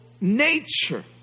nature